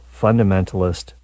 fundamentalist